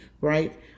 Right